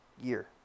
year